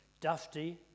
dusty